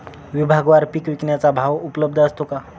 विभागवार पीक विकण्याचा भाव उपलब्ध असतो का?